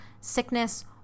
sickness